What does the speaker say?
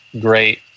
great